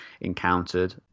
encountered